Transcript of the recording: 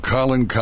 Colin